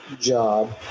job